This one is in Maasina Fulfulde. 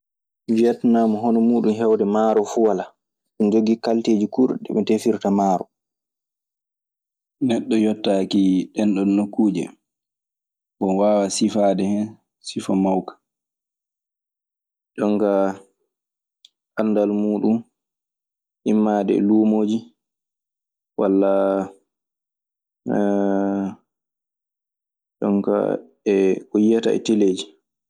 Wietnaam hono muuɗun heewde maaro fuu walaa. Eɓe njogii kalteeji kuurɗi ɓe ndefirta maaro. Neɗɗo yottŋŋki ɗenɗon nokkuuje. Bon, waawa sifaade hen sifa mawka. Jonka anndal muuɗun immaade e luumooji, walla jonka ko yiyata e teleeji.